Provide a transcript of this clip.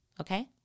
Okay